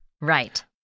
Right